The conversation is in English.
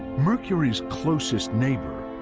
mercury's closest neighbor,